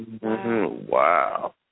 Wow